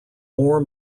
more